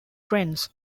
trends